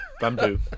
bamboo